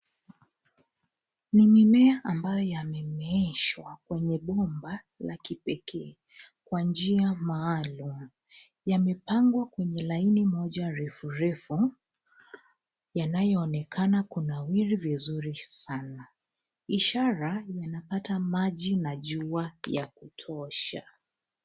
Ni mimea ambayo yamemeeshwa kwenye bomba la kipekee, kwa njia maalumu. Yamepangwa kwenye laini moja refurefu, yanayoonekana kunawiri vizuri sana, ishara yanapata maji na jua ya kutosha.